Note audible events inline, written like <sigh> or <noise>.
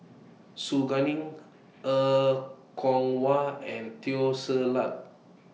Su Guaning <noise> Er Kwong Wah and Teo Ser Luck